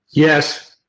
yes.